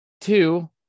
Two